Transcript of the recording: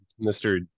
Mr